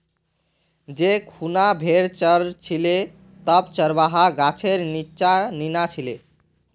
जै खूना भेड़ च र छिले तब चरवाहा गाछेर नीच्चा नीना छिले